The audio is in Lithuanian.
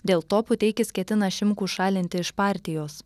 dėl to puteikis ketina šimkų šalinti iš partijos